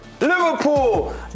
Liverpool